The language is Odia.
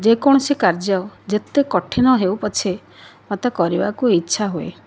ଯେକୌଣସି କାର୍ଯ୍ୟ ଯେତେ କଠିନ ହେଉ ପଛେ ମୋତେ କରିବାକୁ ଇଚ୍ଛା ହୁଏ